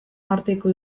arteko